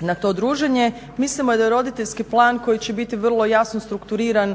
na to druženje. Mislimo da je roditeljski plan koji će biti vrlo jasno strukturiran,